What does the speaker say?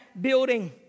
building